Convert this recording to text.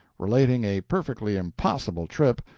relating a perfectly impossible trip,